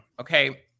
Okay